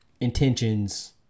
intentions